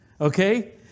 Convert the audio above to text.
Okay